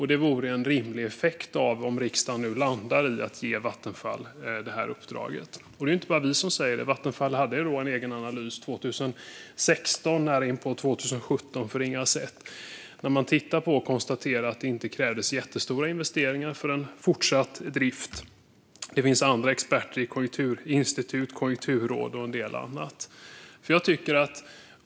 Det vore en rimlig effekt om riksdagen nu landar i att ge Vattenfall detta uppdrag. Det är inte bara vi som säger så. Vattenfall gjorde en egen analys 2016 nära inpå 2017 för Ringhals 1. Man konstaterade att det inte krävdes jättestora investeringar för en fortsatt drift. Det finns andra experter i konjunkturinstitut och konjunkturråd och så vidare.